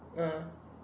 uh